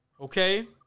okay